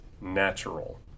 natural